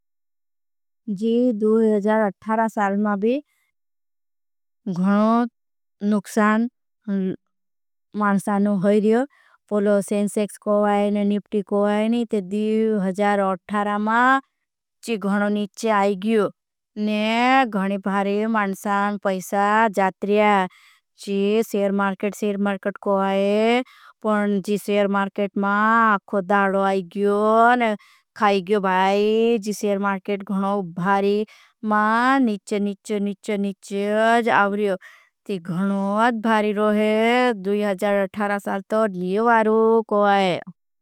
जी साल मा भी गणो नुक्सान मानसानो है रियो। पोलो सेंशेक्स को आये ने निप्टी को आये नी ते दी मा जी गणो निचे। आये गियो ने गणी भारे मानसान पैसा जात्रिया जी सेर मार्केट। सेर मार्केट को आये पण जी सेर मार्केट मा अख मा निचे निचे निचे। निचे जावरियो ती गणोद भारी रोहे साल तो लिए वारू को आये।